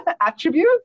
attribute